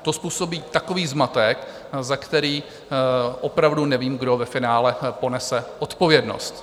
To způsobí takový zmatek, za který opravdu nevím, kdo ve finále ponese odpovědnost.